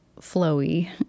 flowy